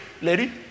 Lady